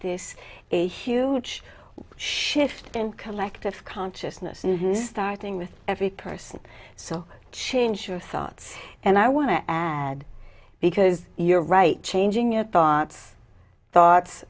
this a huge shift in collective consciousness and starting with every person so change your thoughts and i want to add because you're right changing your thoughts thoughts